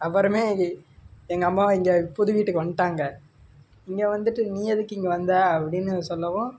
அவரும் எங்கள் அம்மாவை இங்கே புது வீட்டுக்கு வந்துட்டாங்க இங்கே வந்துவிட்டு நீ எதுக்கு இங்கே வந்த அப்படின்னு சொல்லவும்